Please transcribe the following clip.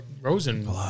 Rosen